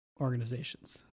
Organizations